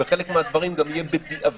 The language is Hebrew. וחלק מהדברים גם יהיו בדיעבד,